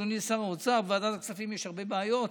אדוני שר האוצר: בוועדת הכספים יש הרבה בעיות,